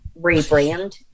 rebrand